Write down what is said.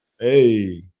Hey